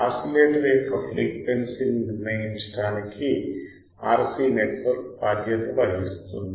oscillator యొక్క ఫ్రీక్వెన్సీని నిర్ణయించడానికి RC నెట్వర్క్ బాధ్యత వహిస్తుంది